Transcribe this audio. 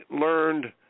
learned